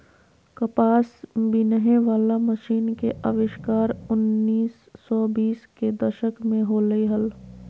कपास बिनहे वला मशीन के आविष्कार उन्नीस सौ बीस के दशक में होलय हल